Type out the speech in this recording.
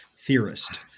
theorist